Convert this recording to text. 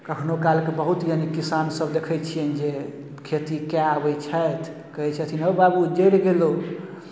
कखनहु कालके बहुत यानि किसानसभ देखै छियनि जे खेती कए अबै छथि कहै छथिन हओ बाबू जड़ि गेलहु